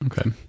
Okay